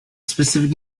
specific